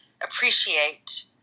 appreciate